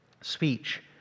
speech